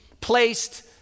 placed